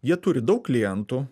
jie turi daug klientų